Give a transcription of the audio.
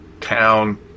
town